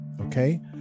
Okay